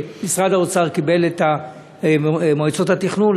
שמשרד האוצר קיבל את מועצות התכנון.